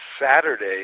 Saturday